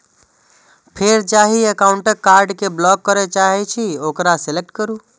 फेर जाहि एकाउंटक कार्ड कें ब्लॉक करय चाहे छी ओकरा सेलेक्ट करू